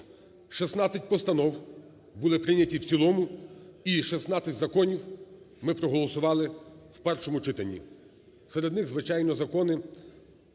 16 постанов були прийняті в цілому і 16 законів ми проголосували у першому читанні. Серед них, звичайно, закони